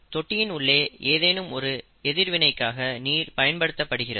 தொட்டியின் உள்ளே ஏதேனும் ஒரு எதிர்வினைக்காக நீர் பயன்படுத்தப்படுகிறது